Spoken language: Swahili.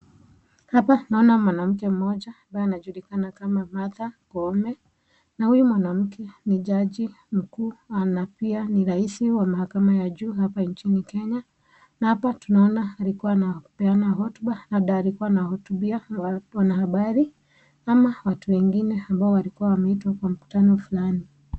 Hapa naona mwanamke mmoja ambaye anajulikana kama Martha Koome, na huyu mwanamke ni jaji mkuu na pia ni raisi wa mahakama ya juu hapa nchini kenya, na hapa tunaona alikuwa anapeana hotuba labda alikuwa anahotubia wanahabari ama watu wengine ambao walikuwa wameitwa kwa mkutano fulani.